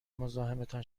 مزاحمتان